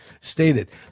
stated